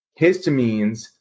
histamines